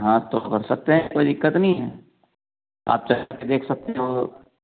हाँ तो कर सकते हैं कोई दिक्कत नहीं है आप चेक करके देख सकते हो